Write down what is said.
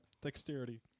dexterity